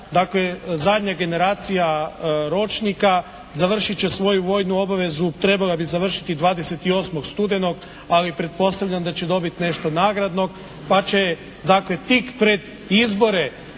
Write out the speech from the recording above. dakle zadnja generacija ročnika završit će svoju vojnu obavezu, trebala bi završiti 28. studenog, ali pretpostavljam da će dobiti nešto nagradnog pa će dakle tik pred izbore